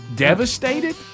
Devastated